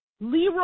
Leroy